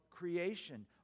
Creation